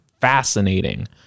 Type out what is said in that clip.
fascinating